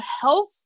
health